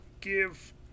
give